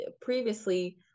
previously